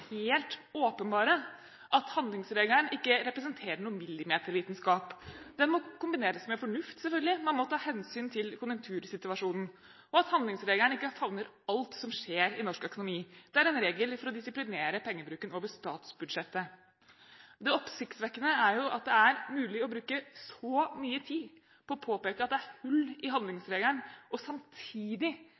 helt åpenbare, at handlingsregelen ikke representerer noe millimetervitenskap. Den må kombineres med fornuft, selvfølgelig, man må ta hensyn til konjunktursituasjonen, og at handlingsregelen ikke favner alt som skjer i norsk økonomi. Det er en regel for å disiplinere pengebruken over statsbudsjettet. Det oppsiktsvekkende er jo at det er mulig å bruke så mye tid på å påpeke at det er hull i handlingsregelen, og samtidig